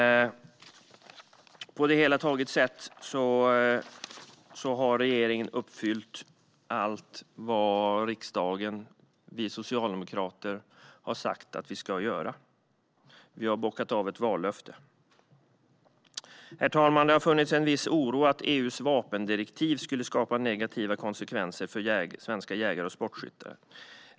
På det hela taget har regeringen uppfyllt allt vad riksdagen och vi socialdemokrater har sagt att vi ska göra. Vi har bockat av ett vallöfte. Herr talman! Det har funnits en viss oro att EU:s vapendirektiv skulle skapa negativa konsekvenser för svenska jägare och sportskyttar.